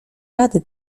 rady